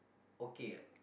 okay ah